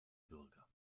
bürger